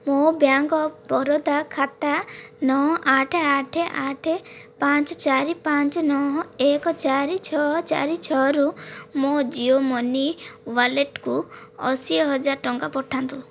ମୋ bank of Baroda ଖାତା ନଅ ଆଠ ଆଠ ଆଠ ପାଞ୍ଚ ଚାରି ପାଞ୍ଚ ନଅ ଏକ ଚାରି ଛଅ ଚାରି ଛଅରୁ ମୋ ଜିଓ ମନି ୱାଲେଟ୍କୁ ଅଶୀ ହଜାର ଟଙ୍କା ପଠାନ୍ତୁ